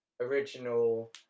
original